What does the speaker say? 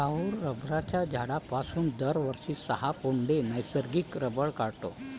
राहुल रबराच्या झाडापासून दरवर्षी सहा पौंड नैसर्गिक रबर काढतो